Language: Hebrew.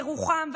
ירוחם,